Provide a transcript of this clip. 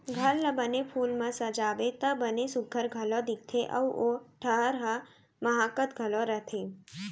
घर ला बने फूल म सजाबे त बने सुग्घर घलौ दिखथे अउ ओ ठहर ह माहकत घलौ रथे